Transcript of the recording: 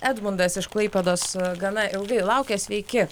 edmundas iš klaipėdos gana ilgai laukia sveiki